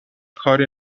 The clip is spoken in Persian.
کاری